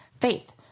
faith